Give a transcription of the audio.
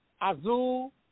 Azul